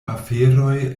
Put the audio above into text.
aferoj